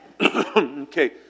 Okay